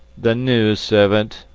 the new servant,